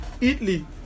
Italy